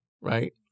right